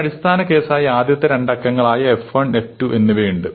ഒരു അടിസ്ഥാന കേസായി ആദ്യത്തെ രണ്ട് അക്കങ്ങളായ f 1 f 2 എന്നിവയുണ്ട്